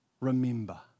Remember